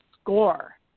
score